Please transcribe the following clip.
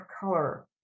color